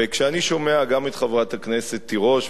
וכשאני שומע גם את חברת הכנסת תירוש,